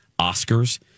Oscars